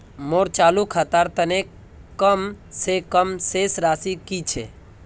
मोर चालू खातार तने कम से कम शेष राशि कि छे?